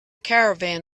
caravan